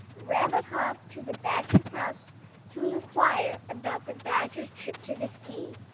rabbit hopped to the badger's house to inquire about the badger's trip to the sea.